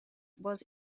was